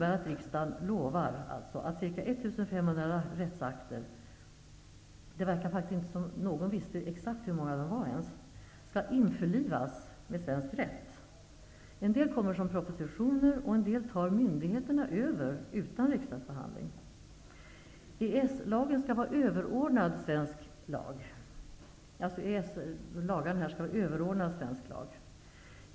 rättsakter -- det verkar inte som om någon vet exakt hur många de är -- skall införlivas med svensk rätt. En del kommer i form av propositioner, och en del rättsakter tar myndigheterna över direkt utan riksdagsbehandling. EES-lagarna skall vara överordnade svensk lag.